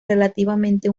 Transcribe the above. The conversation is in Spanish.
relativamente